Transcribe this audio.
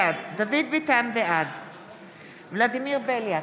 בעד ולדימיר בליאק,